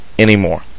Anymore